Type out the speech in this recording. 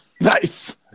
Nice